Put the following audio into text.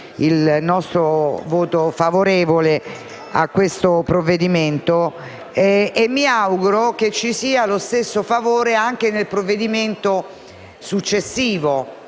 il nostro voto favorevole su questo provvedimento. Mi auguro che sia accolto con lo stesso favore anche il provvedimento successivo